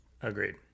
Agreed